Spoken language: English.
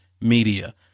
Media